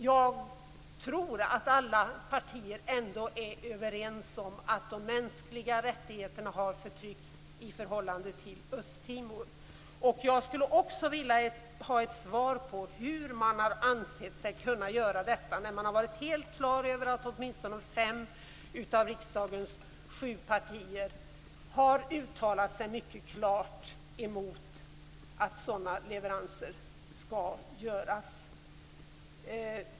Jag tror att alla partier är överens om att Indonesien har kränkt de mänskliga rättigheterna på Östtimor. Jag skulle också vilja ha ett svar på hur man har ansett sig kunna göra detta när man har varit helt på det klara med att åtminstone fem av riksdagens sju partier har uttalat sig mycket klart emot att sådana leveranser skall göras.